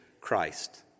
Christ